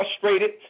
frustrated